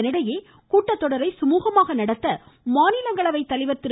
இதனிடையே கூட்டத்தொடரை சுமூகமாக நடத்த மாநிலங்களவைத் தலைவர் திரு